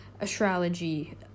astrology